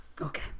Okay